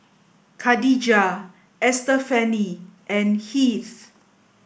Khadijah Estefany and Heath